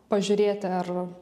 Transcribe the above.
pažiūrėti ar